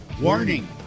warning